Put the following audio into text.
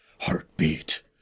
Heartbeat